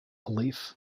belief